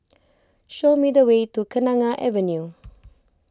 show me the way to Kenanga Avenue